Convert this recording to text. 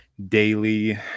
daily